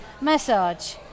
massage